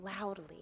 loudly